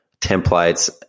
templates